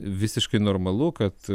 visiškai normalu kad